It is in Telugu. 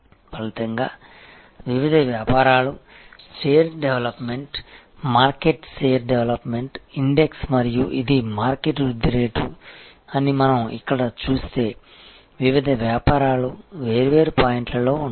ఫలితంగా వివిధ వ్యాపారాలు share development market share development index మరియు ఇది మార్కెట్ వృద్ధి రేటు అని మనం ఇక్కడ చూస్తే వివిధ వ్యాపారాలు వేర్వేరు పాయింట్లలో ఉంటాయి